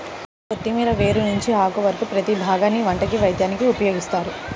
కొత్తిమీర వేర్ల నుంచి ఆకు వరకు ప్రతీ భాగాన్ని వంటకి, వైద్యానికి ఉపయోగిత్తారు